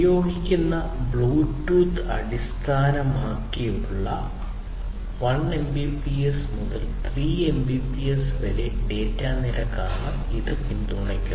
ഉപയോഗിക്കുന്ന ബ്ലൂടൂത്തിന്റെ പതിപ്പിനെ ആശ്രയിച്ച് 1 Mbps മുതൽ 3 Mbps വരെ ഡാറ്റ നിരക്ക് ഇത് പിന്തുണയ്ക്കുന്നു